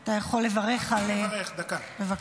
אתה יכול לברך, בבקשה.